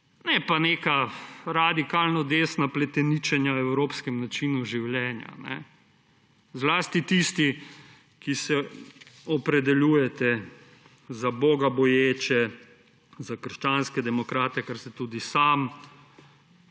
ne pa nekih radikalno desnih pleteničenj o evropskem načinu življenja. Zlasti tisti, ki se opredeljujete za bogaboječe, za krščanske demokrate, kar se tudi sam,